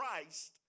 Christ